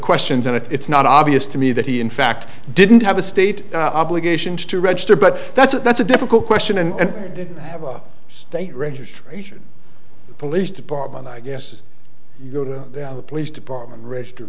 questions and it's not obvious to me that he in fact didn't have a state obligations to register but that's a that's a difficult question and he didn't have a state registration the police department i guess you go to the police department r